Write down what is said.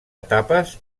etapes